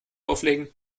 auflegen